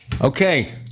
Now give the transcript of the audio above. Okay